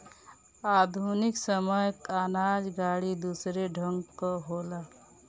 आधुनिक समय कअ अनाज गाड़ी दूसरे ढंग कअ होला